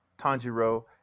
Tanjiro